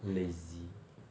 lazy